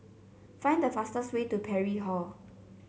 find the fastest way to Parry Hall